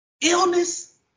illness